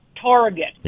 target